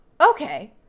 okay